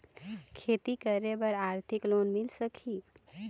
खेती करे बर आरथिक लोन मिल सकही?